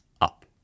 up